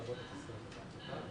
לתת לניידות ה-MRI להמשיך לפעול עד אשר